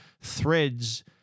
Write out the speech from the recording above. Threads